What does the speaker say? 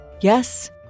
Yes